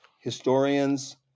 historians